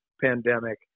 pandemic